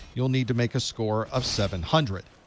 you'll need to make a score of seven hundred.